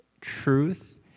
truth